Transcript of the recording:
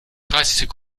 dreißig